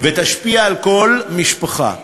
ותשפיע על כל משפחה,